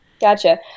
gotcha